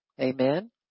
Amen